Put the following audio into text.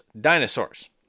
dinosaurs